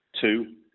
Two